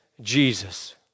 Jesus